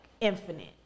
infinite